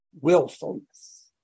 willfulness